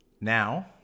Now